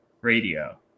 radio